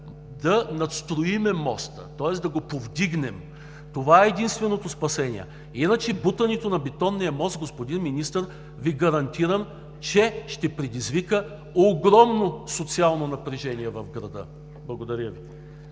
да надстроим моста, тоест да го повдигнем. Това е единственото спасение. Иначе бутането на Бетонния мост, господин Министър, Ви гарантирам, че ще предизвика огромно социално напрежение в града. Благодаря Ви.